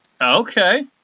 Okay